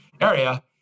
area